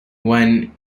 when